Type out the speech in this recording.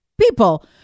people